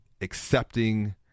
accepting